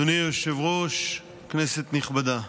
אדוני היושב-ראש, כנסת נכבדה,